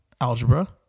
algebra